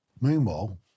Meanwhile